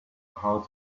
how